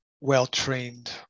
well-trained